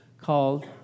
called